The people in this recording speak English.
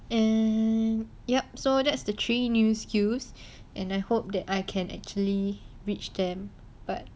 and yup so that's the three new skills and I hope that I can actually reached them but